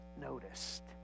noticed